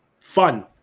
fun